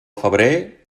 febrer